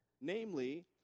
namely